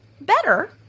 better